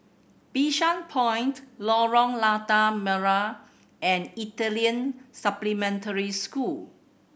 Bishan Point Lorong Lada Merah and Italian Supplementary School